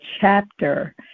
chapter